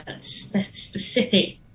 specific